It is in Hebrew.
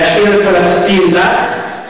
להשאיר את פלסטין לך?